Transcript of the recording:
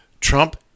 Trump